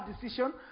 decision